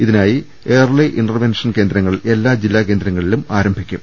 ഇതിനായി early intervention കേന്ദ്രങ്ങൾ എല്ലാ ജില്ലാ കേന്ദ്ര ങ്ങളിലും ആരംഭിക്കും